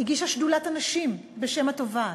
הגישה שדולת הנשים בשם התובעת.